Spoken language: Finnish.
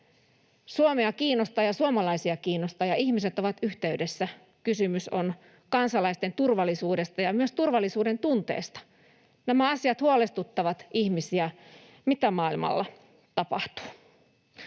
Suomea kiinnostaa ja suomalaisia kiinnostaa ja ihmiset ovat yhteydessä. Kysymys on kansalaisten turvallisuudesta ja myös turvallisuudentunteesta. Nämä asiat huolestuttavat ihmisiä; mitä maailmalla tapahtuu?